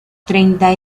treinta